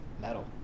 metal